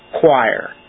choir